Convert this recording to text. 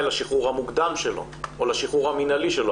לשחרור המוקדם שלו או לשחרור המינהלי שלו.